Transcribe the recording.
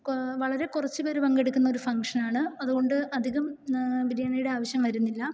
വളരെ കുറച്ചു പേർ പങ്കെടുക്കുന്ന ഫംഗ്ഷൻ ആണ് അതുകൊണ്ട് അധികം ബിരിയാണിയുടെ ആവശ്യം വരുന്നില്ല